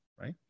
right